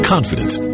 Confidence